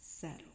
settle